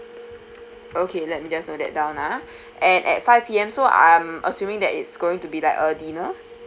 okay let me just note that down ah and at five P_M so I'm assuming that it's going to be like a dinner